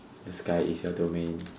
the sky is your domain